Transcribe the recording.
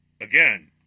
again